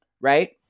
right